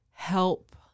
help